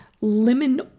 lemon